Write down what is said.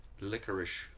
licorice